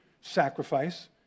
sacrifice